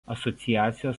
asociacijos